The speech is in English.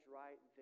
right